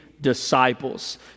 disciples